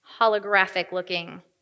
holographic-looking